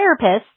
therapists